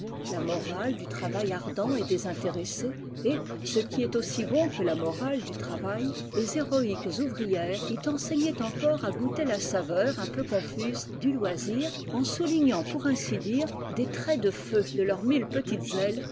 la morale du travail ardent et désintéressé et ce qui est aussi bon que la marale du travail les héroïques ouvrières y enseignaient encore à goûter la saveur un peu confuse du loisir en soulignant pour ainsi dire des traits de feu de leurs mille petites ailes